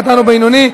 קטן או בינוני),